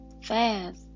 fast